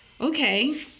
okay